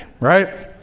right